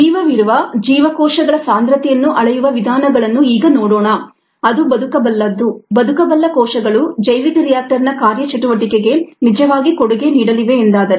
ಜೀವವಿರುವ ಜೀವಕೋಶಗಳ ಸಾಂದ್ರತೆಯನ್ನು ಅಳೆಯುವ ವಿಧಾನಗಳನ್ನು ಈಗ ನೋಡೋಣ ಅದು ಬದುಕಬಲ್ಲದ್ದು ಬದುಕಬಲ್ಲ ಕೋಶಗಳು ಜೈವಿಕ ರಿಯಾಕ್ಟರ್ನ ಕಾರ್ಯಚಟುವಟಿಕೆಗೆ ನಿಜವಾಗಿ ಕೊಡುಗೆ ನೀಡಲಿವೆ ಎಂದಾದರೆ